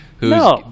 No